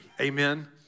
Amen